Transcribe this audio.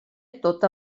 tota